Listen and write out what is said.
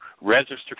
register